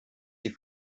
die